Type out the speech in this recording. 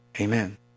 Amen